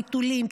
חיתולים,